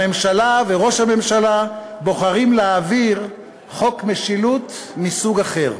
הממשלה וראש הממשלה בוחרים להעביר חוק משילות מסוג אחר: